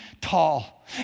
tall